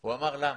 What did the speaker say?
הוא אמר, למה?